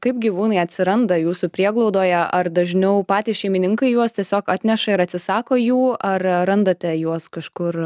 kaip gyvūnai atsiranda jūsų prieglaudoje ar dažniau patys šeimininkai juos tiesiog atneša ir atsisako jų ar randate juos kažkur